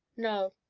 no,